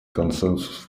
консенсус